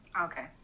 Okay